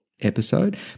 episode